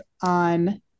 on